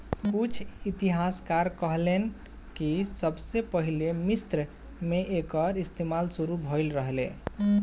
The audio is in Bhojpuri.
कुछ इतिहासकार कहेलेन कि सबसे पहिले मिस्र मे एकर इस्तमाल शुरू भईल रहे